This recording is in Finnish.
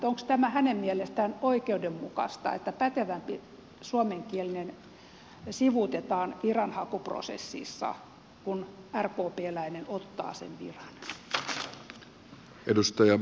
onko tämä hänen mielestään oikeudenmukaista että pätevämpi suomenkielinen sivuutetaan viranhakuprosessissa kun rkpläinen ottaa sen viran